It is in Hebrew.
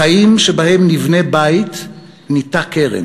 חיים שבהם נבנה בית וניטע כרם